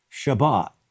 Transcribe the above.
Shabbat